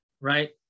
right